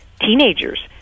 teenagers